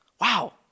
Wow